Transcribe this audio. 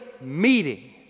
meeting